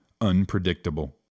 unpredictable